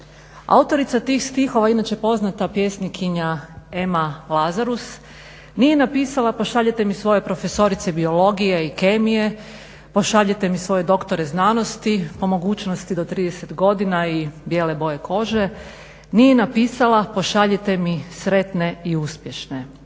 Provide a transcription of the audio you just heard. Autorica tih stihova inače poznata pjesnikinja Emma Lazarus nije napisala pošaljite mi svoje profesorice biologije i kemije, pošaljite mi svoje doktore znanosti po mogućnosti do 30 godina i bijele boje kože, nije napisala pošaljite mi sretne i uspješne.